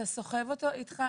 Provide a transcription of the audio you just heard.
אתה סוחב אותו איתך.